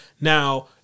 Now